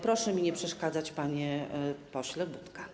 Proszę mi nie przeszkadzać, panie pośle Budka.